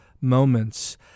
moments